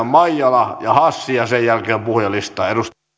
maijala ja hassi ja sen jälkeen puhujalistaan